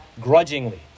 grudgingly